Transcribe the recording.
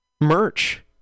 merch